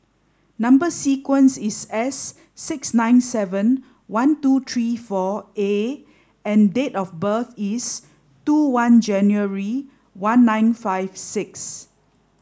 number sequence is S six nine seven one two three four A and date of birth is two one January one nine five six